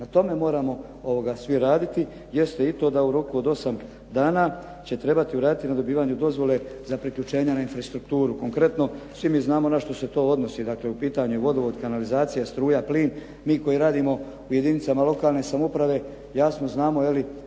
Na tome moramo svi raditi jeste i to da u roku od 8 dana će trebati uraditi na dobivanju dozvole za priključenja na infrastrukturu. Konkretno, svi mi znamo na što se to odnosi. Dakle, u pitanju je vodovod, kanalizacija, struja, plin. Mi koji radimo u jedinicama lokalne samouprave jasno znamo kako